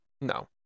no